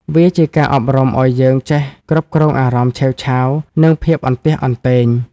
វាជាការអប់រំឱ្យយើងចេះគ្រប់គ្រងអារម្មណ៍ឆេវឆាវ និងភាពអន្ទះអន្ទែង។